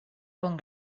bon